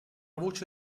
voce